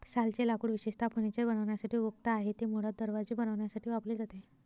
सालचे लाकूड विशेषतः फर्निचर बनवण्यासाठी उपयुक्त आहे, ते मुळात दरवाजे बनवण्यासाठी वापरले जाते